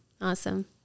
Awesome